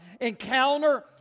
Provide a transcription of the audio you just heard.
encounter